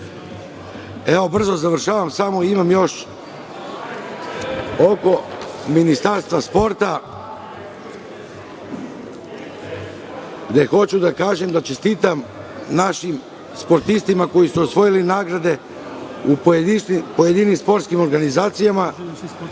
rešiti. Brzo završavam, samo imam još oko Ministarstva sporta, gde hoću da čestitam našim sportistima koji su osvojili nagrade u pojedinim sportskim organizacijama,